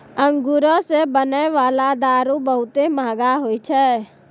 अंगूरो से बनै बाला दारू बहुते मंहगा होय छै